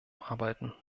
arbeiten